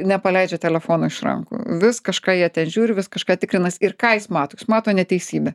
nepaleidžia telefono iš rankų vis kažką jie ten žiūri vis kažką tikrinas ir ką jis mato jis mato neteisybę